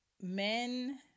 men